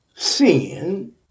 sin